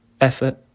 effort